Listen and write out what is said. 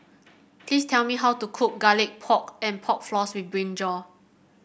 please tell me how to cook Garlic Pork and Pork Floss with brinjal